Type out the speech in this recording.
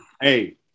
Hey